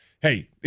hey